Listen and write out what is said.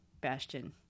Bastion